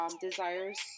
desires